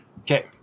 okay